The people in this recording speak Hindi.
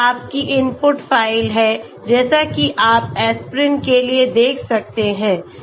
यह आपकी इनपुट फ़ाइल है जैसा कि आप एस्पिरिन के लिए देख सकते हैं